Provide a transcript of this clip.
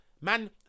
man